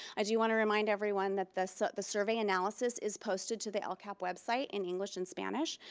i do want to remind everyone that the so the survey analysis is posted to the lcap website, in english and spanish,